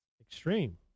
Extreme